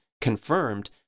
confirmed